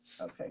Okay